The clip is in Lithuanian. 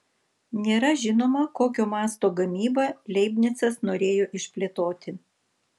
nėra žinoma kokio masto gamybą leibnicas norėjo išplėtoti